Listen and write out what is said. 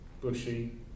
Bushy